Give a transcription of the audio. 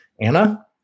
Anna